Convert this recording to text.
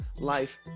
life